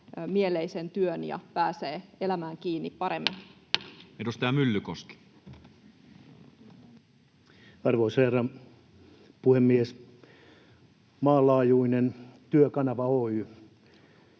mieleisen työn ja pääsee elämään kiinni paremmin. Edustaja Myllykoski. Arvoisa herra puhemies! Maanlaajuinen Työkanava Oy